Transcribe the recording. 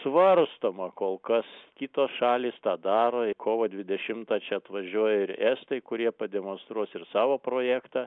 svarstoma kol kas kitos šalys tą daro i kovo dvidešimtą čia atvažiuoja ir estai kurie pademonstruos ir savo projektą